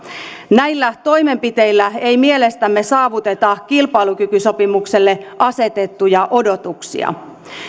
näillä toimenpiteillä ei mielestämme saavuteta kilpailukykysopimukselle asetettuja odotuksia